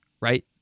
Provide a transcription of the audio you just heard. right